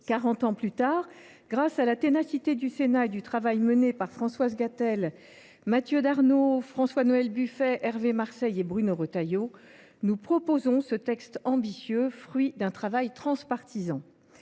ans plus tard, grâce à la ténacité du Sénat et du travail mené par Françoise Gatel, Mathieu Darnaud, François Noël Buffet, Hervé Marseille et Bruno Retailleau, nous proposons ce texte ambitieux, fruit d’un travail transpartisan.